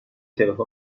تلفن